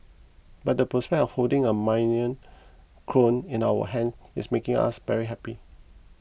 but the prospect of holding a minion clone in our hand is making us very happy